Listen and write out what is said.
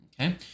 Okay